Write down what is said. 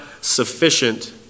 sufficient